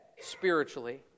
spiritually